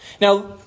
Now